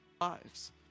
Lives